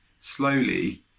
slowly